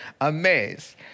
amazed